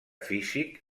físic